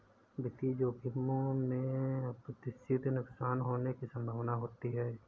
वित्तीय जोखिमों में अप्रत्याशित नुकसान होने की संभावना होती है